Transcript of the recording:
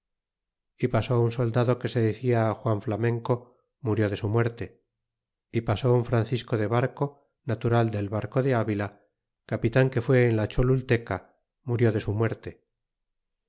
y pasó un soldado que se decia juan flamenco murió de su muerte y pasó un francisco de barco natural del barco de avila capitan que fue en la cholulteca murió de su muerte